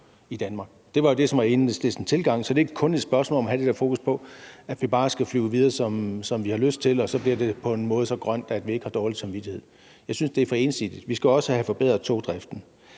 som var Enhedslistens tilgang. Det er ikke kunet spørgsmål om at have det der fokus på, at vi bare skal flyve videre, som vi har lyst til, og så bliver det på en måde så grønt, at vi ikke har dårlig samvittighed. Jeg synes, at det er for ensidigt. Vi skal også have forbedret togdriften.